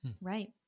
Right